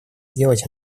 делать